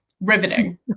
riveting